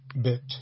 bit